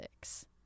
six